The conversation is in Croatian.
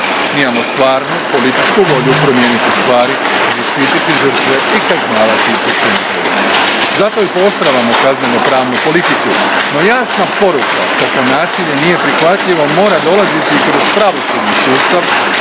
imamo stvarnu političku volju promijeniti stvari, zaštititi žrtve i kažnjavati počinitelje. Zato i pooštravamo kaznenopravnu politiku, no jasna poruka kako nasilje nije prihvatljivo mora dolaziti i kroz pravosudni sustav,